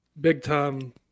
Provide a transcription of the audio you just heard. big-time